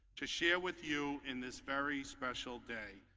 to share with you in this very special day.